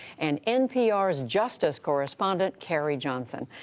and npr's justice correspondent, carrie johnson.